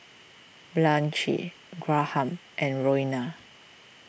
Blanchie Graham and Roena